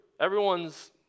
Everyone's